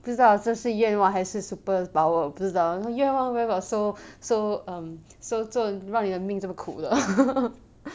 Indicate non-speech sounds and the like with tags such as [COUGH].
不知道这是愿望还是 superpower 不知道 lah 愿望 where got so so um so 这让你命这么苦的 [LAUGHS]